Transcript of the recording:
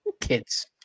kids